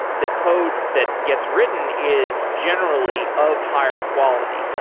the code that gets written is generally of higher quality.